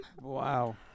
Wow